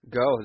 go